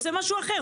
אני רוצה משהו אחר.